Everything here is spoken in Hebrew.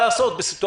זו לא בעיה של